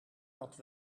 dat